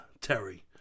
Terry